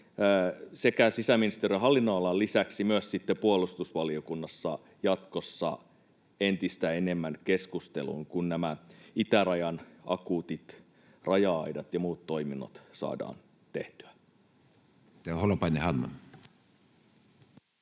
nousee sisäministeriön hallinnonalan lisäksi myös puolustusvaliokunnassa jatkossa entistä enemmän keskusteluun, kun itärajan akuutit raja-aidat ja muut toiminnot saadaan tehtyä. [Speech